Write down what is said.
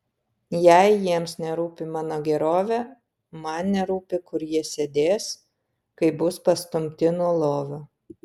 jei jiems nerūpi mano gerovė man nerūpi kur jie sėdės kai bus pastumti nuo lovio